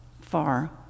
far